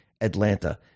Atlanta